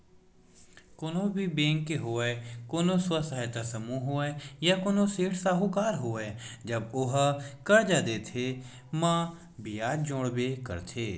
कोनो भी बेंक होवय कोनो स्व सहायता समूह होवय या कोनो सेठ साहूकार होवय जब ओहा करजा देथे म बियाज जोड़बे करथे